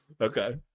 Okay